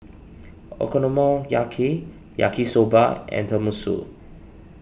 Okonomiyaki Yaki Soba and Tenmusu